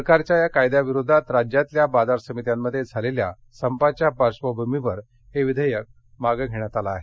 सरकारच्या या कायद्याविरोधात राज्यातल्या बाजार समित्यांमध्ये झालेल्या संपाच्या पार्धभूमीवर हे विधेयक मागे घेण्यात आलं आहे